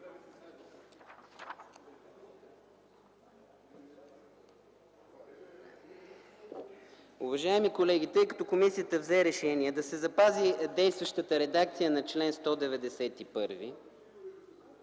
Уважаеми колеги, тъй като комисията взе решение да се запази действащата редакция на чл. 191,